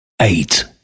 eight